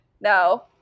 no